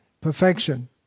perfection